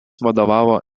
vadovavo